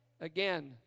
again